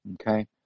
Okay